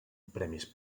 premis